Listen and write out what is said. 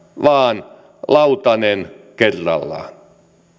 vaan lautanen kerrallaan